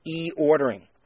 e-ordering